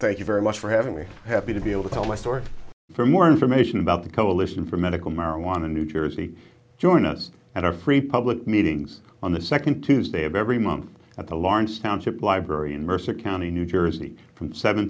thank you very much for having me happy to be able to tell my story for more information about the coalition for medical marijuana new jersey join us and our three public meetings on the second tuesday of every month at the lawrence township library in mercer county new jersey from seven